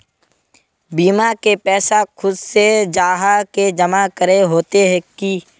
बीमा के पैसा खुद से जाहा के जमा करे होते की?